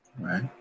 right